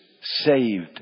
saved